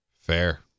Fair